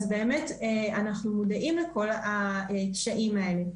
אז באמת אנחנו מודעים לכל הקשיים האלה.